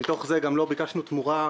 מתוך זה גם לא ביקשנו תמורה,